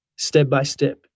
step-by-step